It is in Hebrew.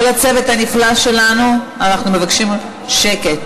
כל הצוות הנפלא שלנו, אנחנו מבקשים שקט.